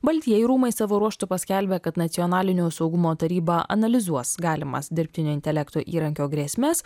baltieji rūmai savo ruožtu paskelbė kad nacionalinio saugumo taryba analizuos galimas dirbtinio intelekto įrankio grėsmes